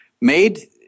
made